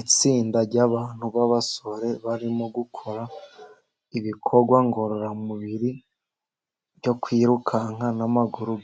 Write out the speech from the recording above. Itssinda ry'abantu b'abasore barimo gukora ibikorwa ngororamubiri byo kwirukanka n'amaguru.